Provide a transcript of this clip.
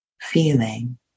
feeling